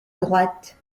droite